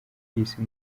bw’isi